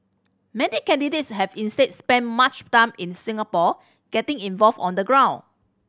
many candidates have instead spent much time in Singapore getting involved on the ground